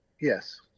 Yes